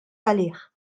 għalih